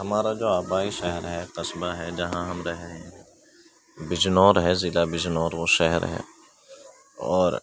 ہمارا جو آبائی شہر ہے قصبہ ہے جہاں ہم رہے ہیں بجنور ہے ضلع بجنور وہ شہر ہے اور